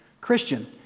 Christian